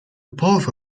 both